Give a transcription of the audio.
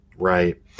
Right